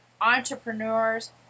entrepreneurs